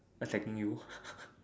attacking you